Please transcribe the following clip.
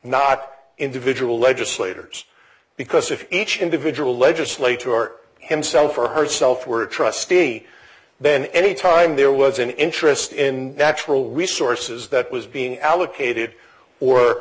not individual legislators because if each individual legislator or himself or herself were a trustee then any time there was an interest in natural resources that was being allocated or